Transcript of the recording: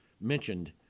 mentioned